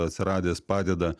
atsiradęs padeda